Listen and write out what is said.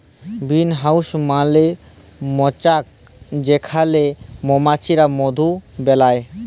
bee hive মালে মচাক যেখালে মমাছিরা মধু বেলায়